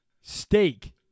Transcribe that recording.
Steak